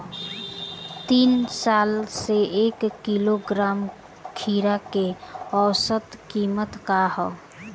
तीन साल से एक किलोग्राम खीरा के औसत किमत का ह?